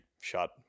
shot